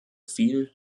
viel